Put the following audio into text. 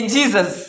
Jesus